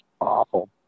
awful